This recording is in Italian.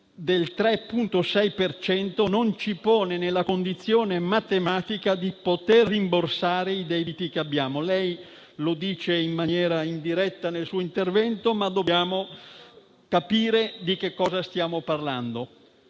cento, non ci pongono nella condizione matematica di poter rimborsare i debiti che abbiamo. Lei lo dice in maniera indiretta nel suo intervento, ma dobbiamo capire di che cosa stiamo parlando.